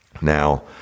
Now